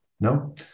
No